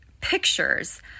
pictures